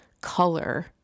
color